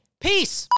Peace